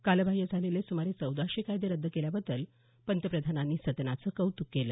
कालबाह्य झालेले सुमारे चौदाशे कायदे रद्द केल्याबद्दल पंतप्रधानांनी सदनाचं कौत्क केलं